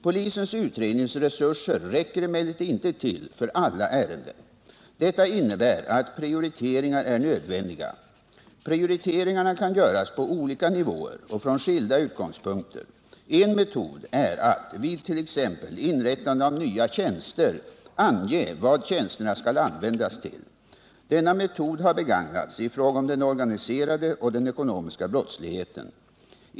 Polisens utredningsresurser räcker emellertid inte till för alla ärenden. Detta innebär att prioriteringar är nödvändiga. Prioriteringarna kan göras på olika nivåer och från skilda utgångspunkter. En metod är att vid t.ex. inrättande av nya tjänster ange vad tjänsterna skall användas till. Denna metod har begagnats i fråga om den organiserade och den ekonomiska brottsligheten.